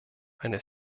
eine